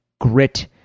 grit